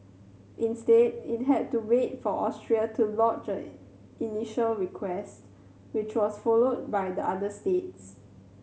instead it had to wait for Austria to lodge an initial request which was followed by the other states